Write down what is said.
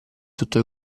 tutto